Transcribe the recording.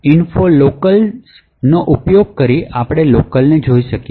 gdb info locals નો ઉપયોગ કરી આપડે લોકલ ને જોઈ શકીએ